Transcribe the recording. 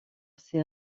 ses